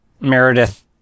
Meredith